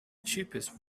cheapest